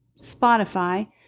Spotify